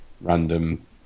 random